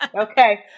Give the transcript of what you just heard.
Okay